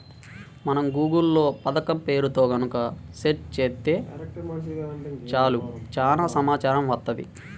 మనం గూగుల్ లో పథకం పేరుతో గనక సెర్చ్ చేత్తే చాలు చానా సమాచారం వత్తది